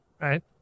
Right